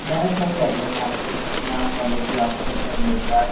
मैंने सही एड्रेस डाला था सर श्री राम कॉलेज ही आप चेक करिए एक बार